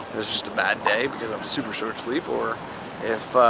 it's just a bad day, because i'm super short of sleep, or if.